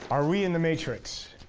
are we in the matrix?